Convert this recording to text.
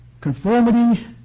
Conformity